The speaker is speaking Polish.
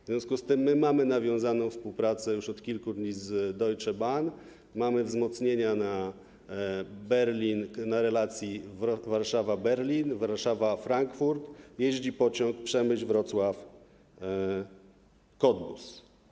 W związku z tym mamy nawiązaną współpracę już od kilku dni z Deutsche Bahn, mamy wzmocnienia na Berlin, na relacji Warszawa - Berlin, Warszawa - Frankfurt, jeździ pociąg Przemyśl - Wrocław - Cottbus.